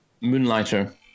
Moonlighter